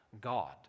God